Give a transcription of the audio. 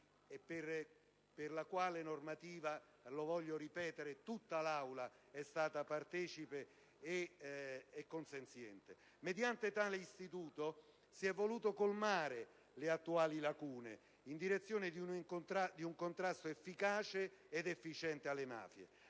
e per la quale normativa - lo voglio ripetere - tutta l'Aula è stata partecipe e consenziente. Mediante tale istituto si sono volute colmare le attuali lacune, in direzione di un contrasto efficace ed efficiente alle mafie.